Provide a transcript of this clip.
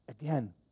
again